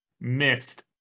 missed